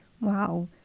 Wow